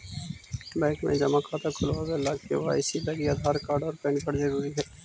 bank में जमा खाता खुलावे ला के.वाइ.सी लागी आधार कार्ड और पैन कार्ड ज़रूरी हई